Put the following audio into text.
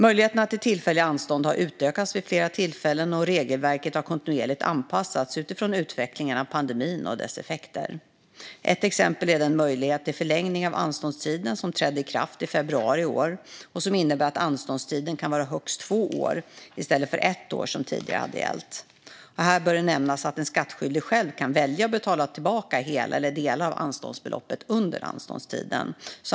Möjligheterna till tillfälliga anstånd har utökats vid flera tillfällen, och regelverket har kontinuerligt anpassats utifrån utvecklingen av pandemin och dess effekter. Ett exempel är den möjlighet till förlängning av anståndstiden som trädde i kraft i februari i år och som innebär att anståndstiden kan vara högst två år, i stället för ett år som tidigare har gällt. Här bör det nämnas att en skattskyldig själv kan välja att betala tillbaka hela eller delar av anståndsbeloppet under anståndstiden.